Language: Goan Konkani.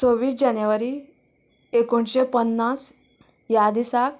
सव्वीस जानेवारी एकोणशे पन्नास ह्या दिसाक